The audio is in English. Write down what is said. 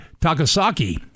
Takasaki